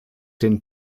den